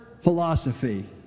philosophy